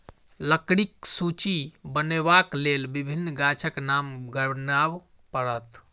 लकड़ीक सूची बनयबाक लेल विभिन्न गाछक नाम गनाब पड़त